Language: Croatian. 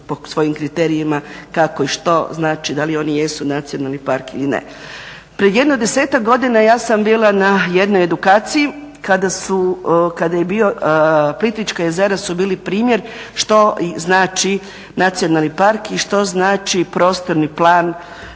svojim kriterijima kako i što znači da li oni jesu nacionalni park ili ne. Prije jedno desetak godina ja sam bila na jednoj edukaciji kada su Plitvička jezera bila primjer što znači nacionalni park i što znači prostorni plan